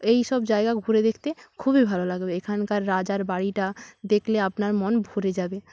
এইসব জায়গা ঘুরে দেখতে খুবই ভালো লাগবে এখানকার রাজার বাড়িটা দেখলে আপনার মন ভরে যাবে